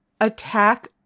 attack